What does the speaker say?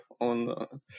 on